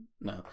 No